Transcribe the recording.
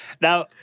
Now